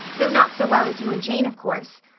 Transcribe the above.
though not so well as you and jane of course.